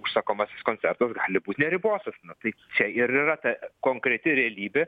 užsakomasis koncertas gali būt neribotas tai čia ir yra ta konkreti realybė